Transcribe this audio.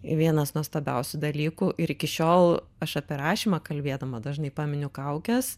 vienas nuostabiausių dalykų ir iki šiol aš apie rašymą kalbėdama dažnai paminiu kaukes